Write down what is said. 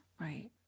Right